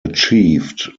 achieved